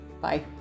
Bye